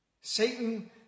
Satan